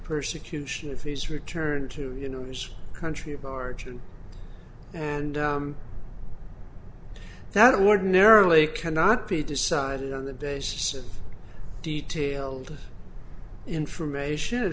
persecution of his return to you know his country of origin and that ordinarily cannot be decided on the basis of detailed information it